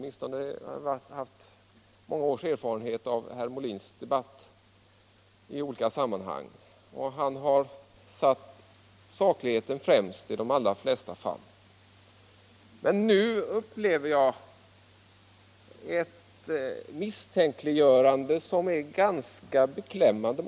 Jag har många års erfarenhet av Molins debatterande i olika sammanhang, och han har satt sakligheten främst i de allra flesta fall. Men nu upplever jag ett misstänkliggörande som är ganska beklämmande.